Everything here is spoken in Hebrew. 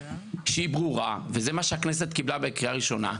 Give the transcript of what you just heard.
שהיא ברורה וזה מה שהכנסת קיבלה בקריאה ראשונה,